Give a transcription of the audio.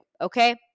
Okay